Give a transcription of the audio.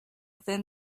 thin